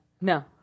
No